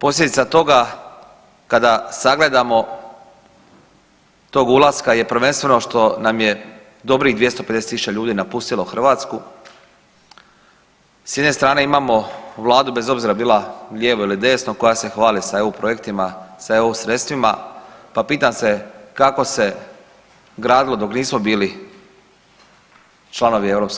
Posljedica toga kada sagledamo tog ulaska je prvenstveno što nam je dobrih 250.000 ljudi napustilo Hrvatsku, s jedne strane imamo Vladu bez obzira bila lijevo ili desno koja se hvali sa eu projektima, sa eu sredstvima pa pitam se kako se gradilo dok nismo bili članovi EU,